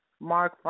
Mark